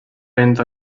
enda